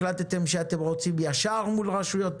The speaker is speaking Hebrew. החלטתם שאתם רוצים ישירות מול רשויות?